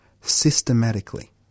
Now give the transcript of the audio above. systematically